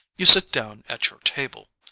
you sit down at your table.